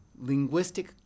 linguistic